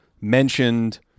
mentioned